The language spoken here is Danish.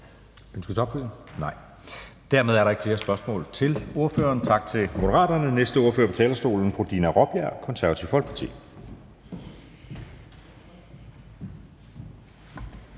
kort bemærkning? Nej. Dermed er der ikke flere spørgsmål til ordføreren. Tak til Moderaterne. Næste ordfører på talerstolen er fru Dina Raabjerg, Det Konservative Folkeparti.